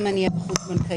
אם אני אהיה בחוץ בנקאי,